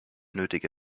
nötige